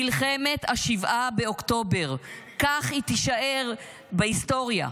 מלחמת 7 באוקטובר, כך היא תישאר בהיסטוריה.